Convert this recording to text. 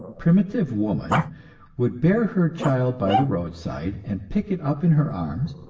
primitive woman would bear her child by the roadside, and pick it up in her arms,